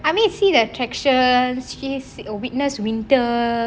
I mean see the attractions witness winter